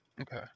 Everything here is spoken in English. okay